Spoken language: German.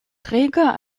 träger